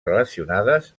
relacionades